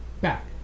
back